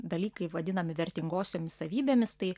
dalykai vadinami vertingosiomis savybėmis tai